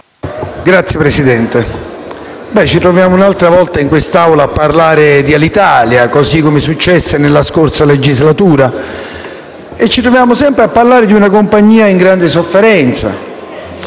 Signor Presidente, ci troviamo un'altra volta in quest'Aula a parlare di Alitalia, così come accadde nella scorsa legislatura e ci troviamo sempre a parlare di una compagnia in grande sofferenza.